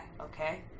okay